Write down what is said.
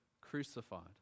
crucified